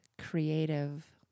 creative